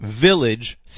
village